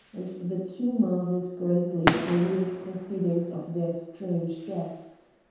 and the two marvelled greatly at the weird proceedings of their strange guests.